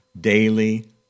daily